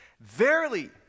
Verily